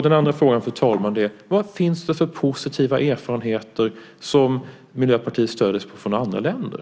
Den andra frågan är, fru talman: Vad finns det för positiva erfarenheter som Miljöpartiet stöder sig på från andra länder?